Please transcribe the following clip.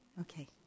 Okay